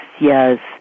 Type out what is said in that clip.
yes